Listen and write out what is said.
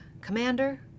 Commander